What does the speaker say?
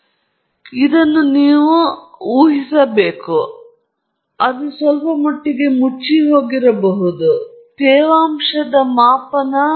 ಆದ್ದರಿಂದ ಗ್ಯಾಸ್ ನೀವು ಸಾಮಾನ್ಯವಾಗಿ ನೀವು ಪರಿಶೀಲಿಸಲು ಬಯಸುವ humidified ಅನಿಲ ಕಳುಹಿಸಲು ನೀವು ಬಯಸುವ ಅನಿಲ ನೀವು ತಿಳಿದಿರುವ ವಿಶ್ಲೇಷಿಸಲು ಒಂದು ಟ್ಯೂಬ್ ಮೂಲಕ ಕಳುಹಿಸಲಾಗುತ್ತದೆ ಇದು ಈ ಚೇಂಬರ್ ಒಳಗೆ ಹೋಗುತ್ತದೆ ತದನಂತರ ಅದು ರಂಧ್ರಗಳ ಮೂಲಕ ನಿರ್ಗಮಿಸುತ್ತದೆ ಮೇಲ್ಭಾಗದಲ್ಲಿದೆ